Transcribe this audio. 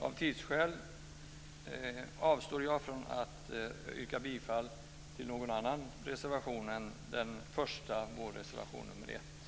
Av tidsskäl avstår jag från att yrka bifall till någon annan reservation än den första, dvs.